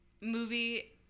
movie